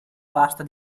vasta